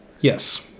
Yes